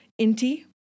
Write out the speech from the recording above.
Inti